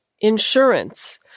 insurance